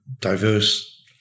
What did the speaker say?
diverse